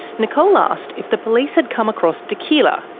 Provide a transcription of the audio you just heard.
nicole asked if the police had come across tequila,